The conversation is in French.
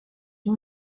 ont